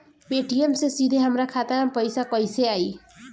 Paytm से सीधे हमरा खाता मे पईसा कइसे आई?